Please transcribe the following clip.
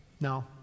No